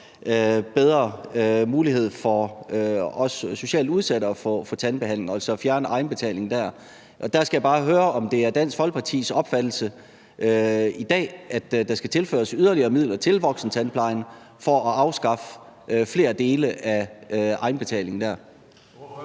bedre mulighed også for socialt udsatte for at få tandbehandling, altså at fjerne egenbetalingen der. Og der skal jeg bare høre, om det er Dansk Folkepartis opfattelse i dag, at der skal tilføres yderligere midler til voksentandplejen for at afskaffe flere dele af egenbetalingen der.